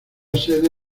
sede